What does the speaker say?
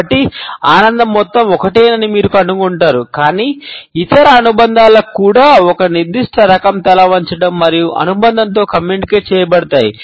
కాబట్టి ఆనందం మొత్తం ఒకటేనని మీరు కనుగొంటారు కాని ఇతర అనుబంధాలు కూడా ఒక నిర్దిష్ట రకం తల వంచడం యొక్క అనుబంధంతో కమ్యూనికేట్ చేయబడతాయి